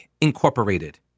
incorporated